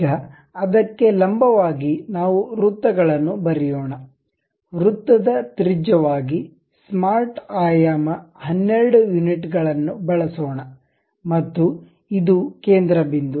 ಈಗ ಅದಕ್ಕೆ ಲಂಬವಾಗಿ ನಾವು ವೃತ್ತಗಳನ್ನು ಬರೆಯೋಣ ವೃತ್ತದ ತ್ರಿಜ್ಯ ವಾಗಿ ಸ್ಮಾರ್ಟ್ ಆಯಾಮ 12 ಯೂನಿಟ್ಗಳನ್ನು ಬಳಸೋಣ ಮತ್ತು ಇದು ಕೇಂದ್ರ ಬಿಂದು